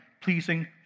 Pleasing